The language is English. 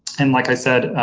and, like i said,